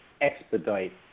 expedite